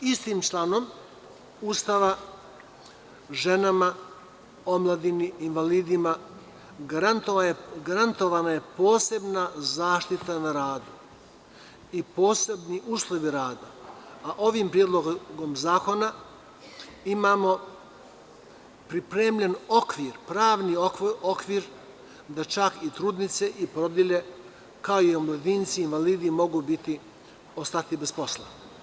Istim članom Ustava ženama, omladini, invalidima, garantovana je posebna zaštita na radu i posebni uslovi rada, a ovim predlogom zakona imamo pripremljen pravni okvir da čak i trudnice i porodilje, kao i omladinci i invalidi mogu ostati bez posla.